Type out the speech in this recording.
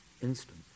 instant